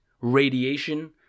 radiation